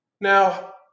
Now